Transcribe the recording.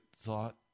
thought